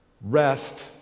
rest